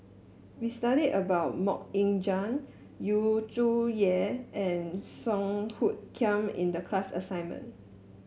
we studied about MoK Ying Jang Yu Zhuye and Song Hoot Kiam in the class assignment